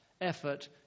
effort